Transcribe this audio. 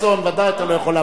בוודאי אתה לא יכול להפריע.